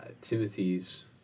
Timothy's